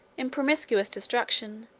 in promiscuous destruction,